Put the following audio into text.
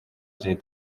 jay